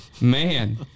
man